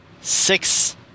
six